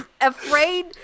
afraid